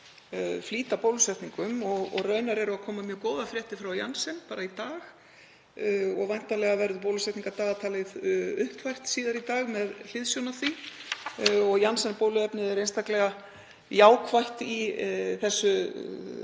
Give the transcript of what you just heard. flýta bólusetningum og raunar koma mjög góðar fréttir frá Janssen í dag og væntanlega verður bólusetningardagatalið uppfært síðar í dag með hliðsjón af því. Janssen-bóluefnið er einstaklega jákvætt í þessu